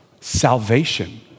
salvation